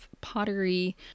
pottery